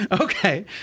Okay